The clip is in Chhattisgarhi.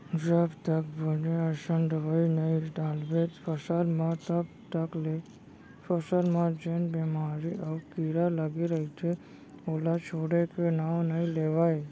जब तक बने असन दवई नइ डालबे फसल म तब तक ले फसल म जेन बेमारी अउ कीरा लगे रइथे ओहा छोड़े के नांव नइ लेवय